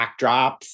backdrops